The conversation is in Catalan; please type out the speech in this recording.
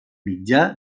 mitjà